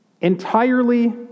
entirely